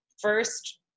first